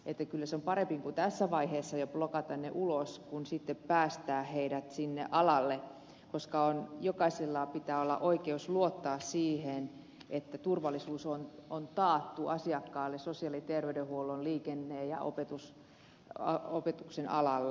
kyllä se on parempi tässä vaiheessa jo plokata ne ulos kuin sitten päästää heidät alalle koska jokaisella pitää olla oikeus luottaa siihen että turvallisuus on taattu asiakkaalle sosiaali ja terveydenhuollon liikenteen ja opetuksen alalla